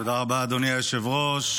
תודה רבה, אדוני היושב-ראש.